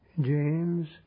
James